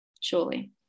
surely